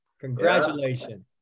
Congratulations